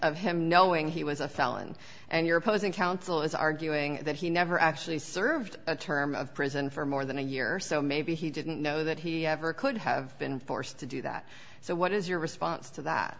of him knowing he was a felon and you're opposing counsel is arguing that he never actually served a term of prison for more than a year or so maybe he didn't know that he have or could have been forced to do that so what is your response to that